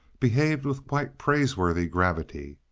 behaved with quite praiseworthy gravity.